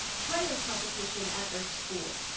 prior competition at their school.